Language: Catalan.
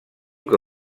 que